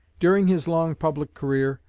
during his long public career,